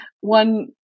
one